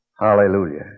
Hallelujah